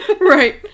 right